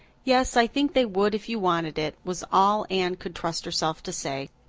yes, i think they would if you wanted it, was all anne could trust herself to say.